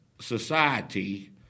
society